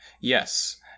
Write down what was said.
Yes